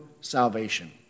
salvation